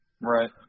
Right